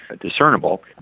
discernible